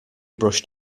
brushed